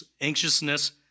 anxiousness